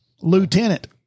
Lieutenant